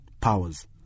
powers